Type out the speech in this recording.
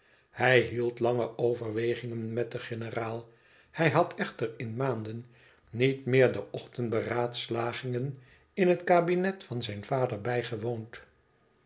hij hield lange overwegingen met den generaal hij had echter in maanden niet meer de ochtendberaadslagingen in het kabinet van zijn vader bijgewoond